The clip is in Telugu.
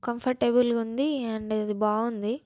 కంఫర్టబుల్గా ఉంది అండ్ ఇది బాగుంది